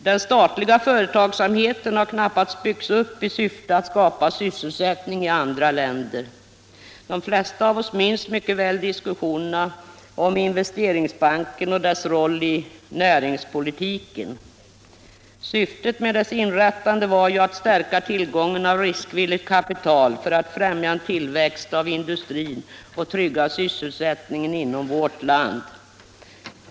Den statliga företagsamheten har knappast byggts upp i syfte att skapa sysselsättning i andra länder. De flesta av oss minns mycket väl diskussionerna om Investeringsbanken och dess roll i näringspolitiken. Syftet med dess inrättande var ju att stärka tillgången på riskvilligt kapital för att främja en tillväxt av industrin och trygga sysselsättningen inom vårt land.